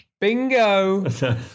Bingo